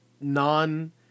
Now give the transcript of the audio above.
non